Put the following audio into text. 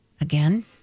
Again